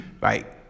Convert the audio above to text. right